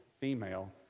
female